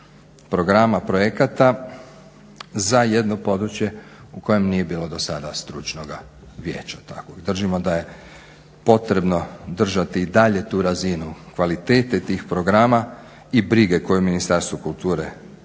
programa i projekata za jedno područje u kojem nije bilo dosada stručnoga vijeća takvog. Držimo da je potrebno držati i dalje tu razinu kvalitete tih programa i brige koju je Ministarstvo kulture